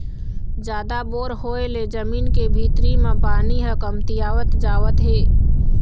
जादा बोर होय ले जमीन के भीतरी म पानी ह कमतियावत जावत हे